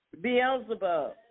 Beelzebub